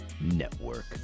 Network